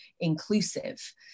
inclusive